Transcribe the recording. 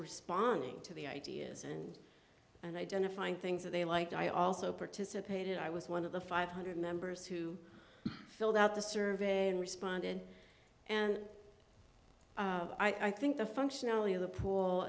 responding to the ideas and and identifying things that they liked i also participated i was one of the five hundred members who filled out the survey and responded and i think the functionality of the pool